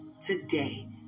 today